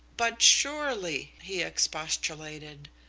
but surely, he expostulated,